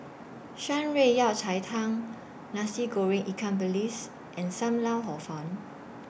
Shan Rui Yao Cai Tang Nasi Goreng Ikan Bilis and SAM Lau Hor Fun